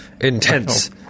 intense